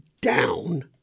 down